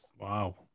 Wow